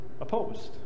opposed